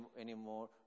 anymore